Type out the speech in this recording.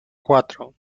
cuatro